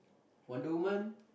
Wonder-woman